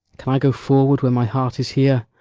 can i go forward when my heart is here?